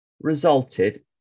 resulted